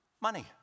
money